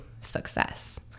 success